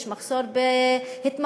יש מחסור בהתמחויות,